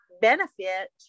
benefit